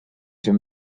siin